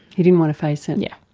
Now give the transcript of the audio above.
he didn't want to face it. yeah